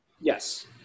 Yes